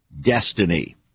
destiny